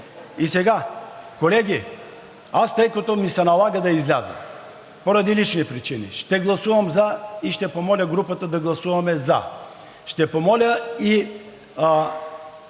И сега, колеги, тъй като ми се налага да изляза поради лични причини, аз ще гласувам за и ще помоля групата да гласуваме за. Ще помоля и